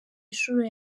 inshuro